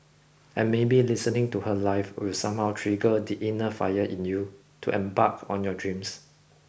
and maybe listening to her live will somehow trigger the inner fire in you to embark on your dreams